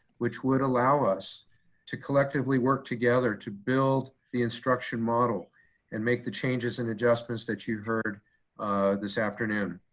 which would allow us to collectively work together to build the instruction model and make the changes and adjustments that you heard this afternoon.